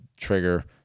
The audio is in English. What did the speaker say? trigger